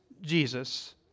Jesus